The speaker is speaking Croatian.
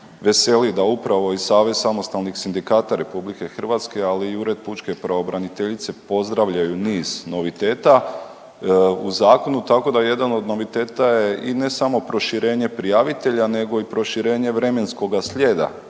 Veseli da upravo i Savez samostalnih sindikata RH, ali i Ured pučke pravobraniteljice pozdravljaju niz noviteta u zakonu. Tako da jedan noviteta je i ne samo proširenje prijavitelja nego i proširenje vremenskoga slijeda